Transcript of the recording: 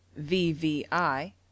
VVI